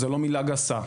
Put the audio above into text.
זו לא מילה גסה.